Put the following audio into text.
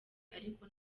ariko